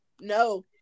no